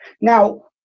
Now